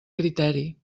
criteri